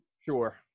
Sure